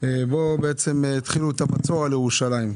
בו התחילו את המצור על ירושלים.